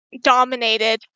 dominated